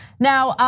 now,